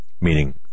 meaning